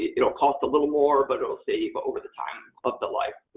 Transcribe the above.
it'll cost a little more but it'll save but over the time of the life.